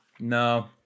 No